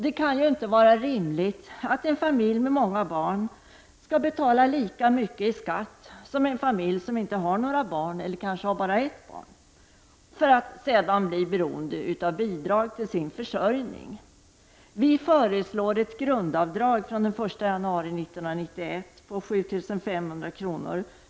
Det kan inte vara rimligt att en familj med många barn skall betala lika mycket i skatt som en familj som är utan barn eller bara har ett barn för att sedan bli beroende av bidrag för sin försörjning. Vi föreslår ett grundavdrag från 1 januari 1991 på 7 500 kr.